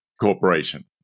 Corporation